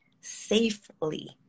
safely